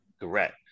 Correct